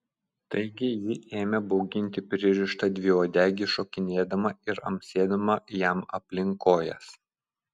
taigi ji ėmė bauginti pririštą dviuodegį šokinėdama ir amsėdama jam aplink kojas